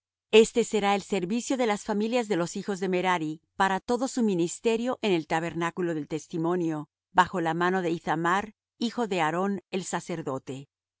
este será el servicio de las familias de los hijos de merari para todo su ministerio en el tabernáculo del testimonio bajo la mano de ithamar hijo de aarón el sacerdote